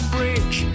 Bridge